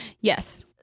Yes